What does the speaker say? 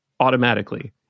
Automatically